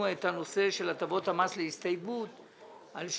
אנחנו מסיימים את הדיון בהצעת חוק הפיקוח על שירותים